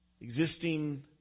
Existing